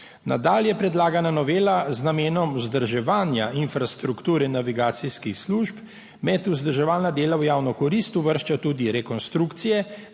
Nadalje predlagana novela z namenom vzdrževanja infrastrukture navigacijskih služb med vzdrževalna dela v javno korist uvršča tudi rekonstrukcije,